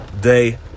day